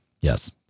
yes